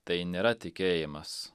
tai nėra tikėjimas